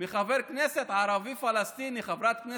מחבר כנסת ערבי פלסטיני,